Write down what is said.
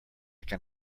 can